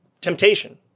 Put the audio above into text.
temptation